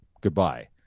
goodbye